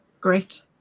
Great